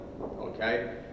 Okay